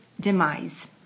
demise